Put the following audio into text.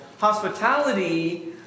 hospitality